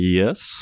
yes